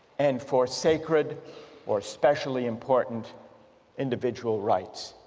and for sacred or specially important individual rights?